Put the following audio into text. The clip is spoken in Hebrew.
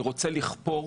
אני רוצה לכפור